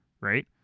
Right